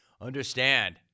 understand